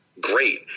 Great